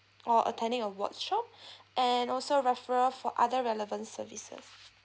or attending a workshop and also referral for other relevant services